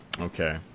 Okay